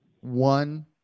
one